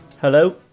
Hello